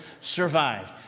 survived